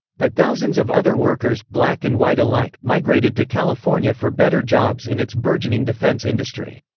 but thousands of other workers, black and white alike, migrated to california for better jobs in its burgeoning defense industry.